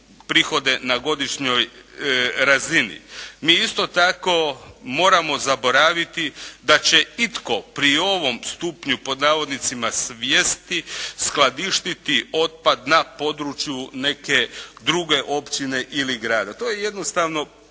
prihode na godišnjoj razini. Mi isto tako moramo zaboraviti da će itko pri ovo stupnju ˝svijesti˝ skladištiti otpad na području neke druge općine ili grada. To je jednostavno,